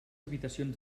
habitacions